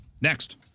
next